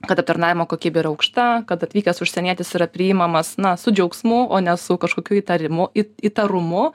kad aptarnavimo kokybė yra aukšta kad atvykęs užsienietis yra priimamas na su džiaugsmu o ne su kažkokiu įtarimu į įtarumu